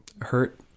hurt